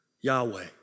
Yahweh